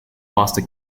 faster